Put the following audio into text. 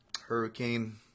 hurricane